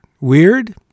Weird